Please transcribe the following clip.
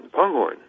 Ponghorn